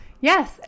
Yes